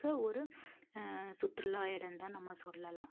ஒரு சுற்றுலா இடந்தான் நம்ம சொல்லலாம்